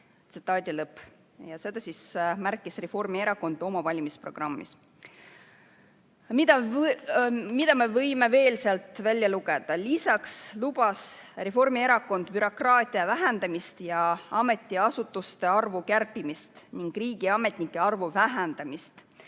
palkadega." Seda märkis Reformierakond oma valimisprogrammis. Mida me võime veel sealt välja lugeda? Lisaks lubas Reformierakond bürokraatia vähendamist ja ametiasutuste arvu kärpimist ning riigiametnike arvu vähendamist.